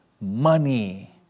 money